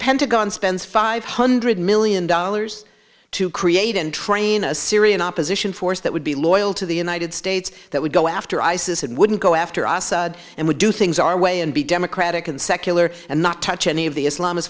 pentagon spends five hundred million dollars to create and train a syrian opposition force that would be loyal to the united states that would go after isis and wouldn't go after us and would do things our way and be democratic and secular and not touch any of the islami